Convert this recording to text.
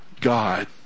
God